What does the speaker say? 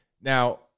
Now